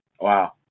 Wow